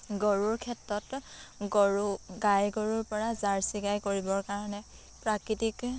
গৰুৰ ক্ষেত্ৰত গৰু গাই গৰুৰ পৰা জাৰ্চি গাই কৰিবৰ কাৰণে প্ৰাকৃতিক